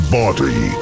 body